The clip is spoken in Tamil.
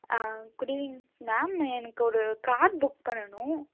ஆ குட் ஈவினிங் மேம் எனக்கு ஒரு கார் புக் பண்ணணும்